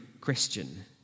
Christian